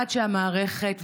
עד שהמערכת,